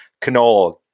canola